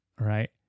Right